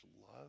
love